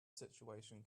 situation